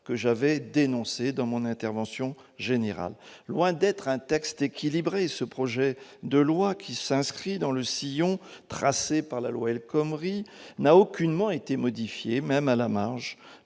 que j'avais dénoncé lors de la discussion générale. Loin d'être un texte équilibré, ce projet de loi, qui s'inscrit dans le sillon tracé par la loi El Khomri, n'a aucunement été modifié, même à la marge,